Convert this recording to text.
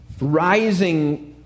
rising